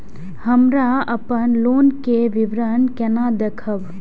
हमरा अपन लोन के विवरण केना देखब?